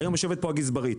היום יושבת פה הגזברית,